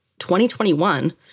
2021